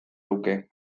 luke